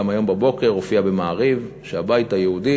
גם היום בבוקר הופיע ב"מעריב" שהבית היהודי